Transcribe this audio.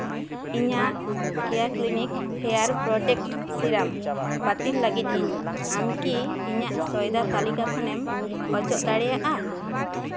ᱤᱧᱟᱹᱜ ᱠᱮᱭᱟ clinic hair protect serum ᱵᱟᱹᱛᱤᱞ ᱞᱟᱹᱜᱤᱫ ᱤᱧ ᱟᱢᱠᱤ ᱤᱧᱟᱹᱜ ᱥᱚᱭᱫᱟ ᱛᱟᱹᱞᱤᱠᱟ ᱠᱷᱚᱱᱮᱢ ᱚᱪᱚᱜ ᱫᱟᱲᱮᱭᱟᱜᱼᱟ